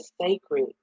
sacred